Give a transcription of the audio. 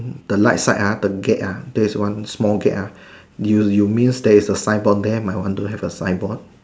mm the right side ah the gate ah there is one small gate ah you you means there is a signboard there my one don't have a signboard